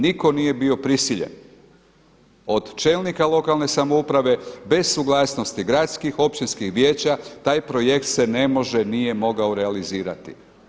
Nitko nije bio prisiljen od čelnika lokalne samouprave bez suglasnosti gradskih i općinskih vijeća, taj projekt se ne može, nije mogao realizirati.